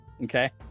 Okay